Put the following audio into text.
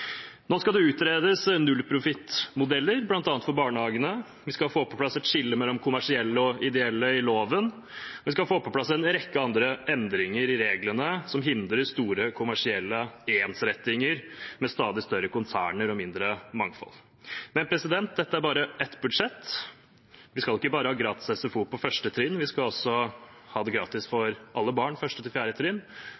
Nå skal det utredes nullprofittmodeller bl.a. for barnehagene, vi skal få på plass et skille mellom kommersielle og ideelle i loven, og vi skal få på plass en rekke andre endringer i reglene for å hindre store kommersielle ensrettinger med stadig større konserner og mindre mangfold. Men dette er bare ett budsjett. Vi skal ikke bare ha gratis SFO for første trinn, vi skal også ha gratis